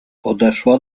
podeszła